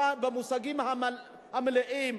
במושגים המלאים.